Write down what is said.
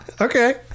Okay